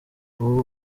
ubu